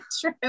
True